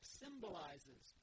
symbolizes